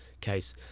case